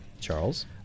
Charles